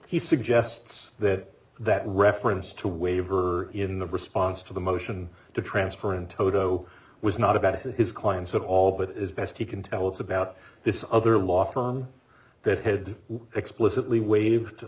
he suggests that that reference to waiver in the response to the motion to transfer in toto was not about his clients at all but as best he can well it's about this other law firm that had explicitly waive